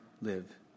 live